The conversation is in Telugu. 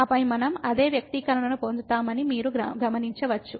ఆపై మనం అదే వ్యక్తీకరణను పొందుతామని మీరు గమనించవచ్చు